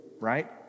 right